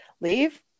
Leave